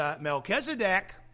Melchizedek